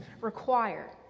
require